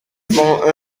font